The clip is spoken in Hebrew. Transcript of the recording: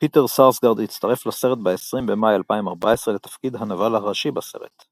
פיטר סארסגארד הצטרף לסרט ב-20 במאי 2014 לתפקיד הנבל הראשי בסרט.